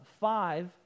five